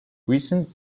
recent